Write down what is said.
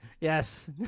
yes